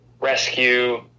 Rescue